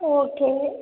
okay